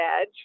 edge